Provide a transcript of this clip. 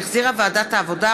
שהחזירה ועדת העבודה,